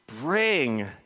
bring